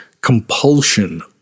compulsion